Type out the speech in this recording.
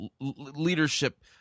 leadership